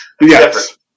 Yes